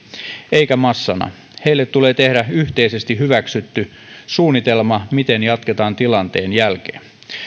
eikä massana heille tulee tehdä yhteisesti hyväksytty suunnitelma miten jatketaan tilanteen jälkeen